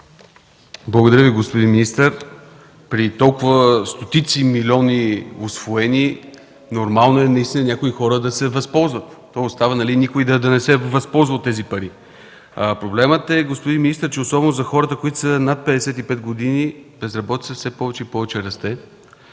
Благодаря Ви, господин министър. При толкова стотици милиони усвоени е нормално някои хора да се възползват, то остава никой да не се възползва от тези пари?! Проблемът е, господин министър, че особено за хората, които са над 55 години, безработицата все повече и повече расте.